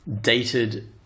dated